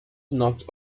knocked